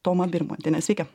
toma birmontienė sveiki